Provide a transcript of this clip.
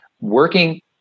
working